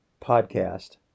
podcast